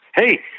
hey